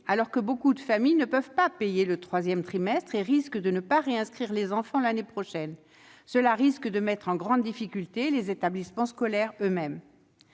alors que beaucoup de familles ne peuvent pas payer le troisième trimestre et risquent de ne pas réinscrire leurs enfants l'année prochaine. Cela est susceptible de mettre en grande difficulté les établissements eux-mêmes.